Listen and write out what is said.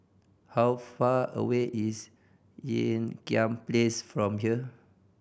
how far away is Ean Kiam Place from here